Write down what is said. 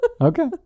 Okay